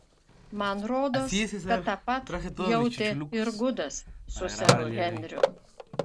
man rodos kad tą pat jautė ir gudas su seru henriu